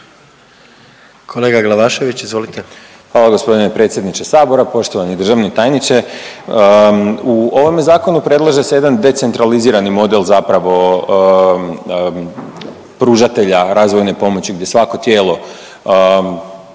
Bojan (Nezavisni)** Hvala gospodine predsjedniče Sabora, poštovani državni tajniče. U ovome zakonu predlaže se jedan decentralizirani model zapravo pružatelja razvojne pomoći gdje svako tijelo